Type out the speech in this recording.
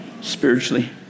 spiritually